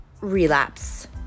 relapse